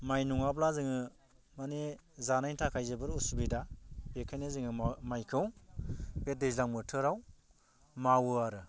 माइ नङाब्ला जोङो माने जानायनि थाखाय जोबोर उसुबिदा बेखायनो जोङो म' माइखौ बे दैज्लां बोथोराव मावो आरो